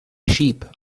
sheep